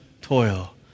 toil